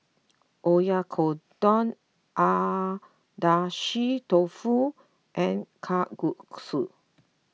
Oyakodon Agedashi Dofu and Kalguksu